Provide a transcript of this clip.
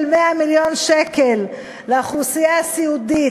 100 מיליון שקל לאוכלוסייה הסיעודית,